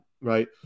right